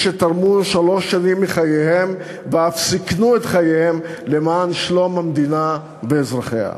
שתרמו שלוש שנים מחייהם ואף סיכנו את חייהם למען שלום המדינה ואזרחיה.